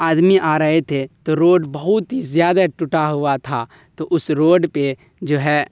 آدمی آ رہے تھے تو روڈ بہت ہی زیادہ ٹوٹا ہوا تھا تو اس روڈ پہ جو ہے